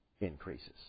increases